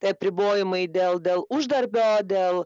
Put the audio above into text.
tai apribojimai dėl dėl uždarbio dėl